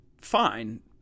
fine